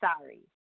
Sorry